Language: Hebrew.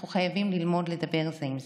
אנחנו חייבים ללמוד לדבר זה עם זה.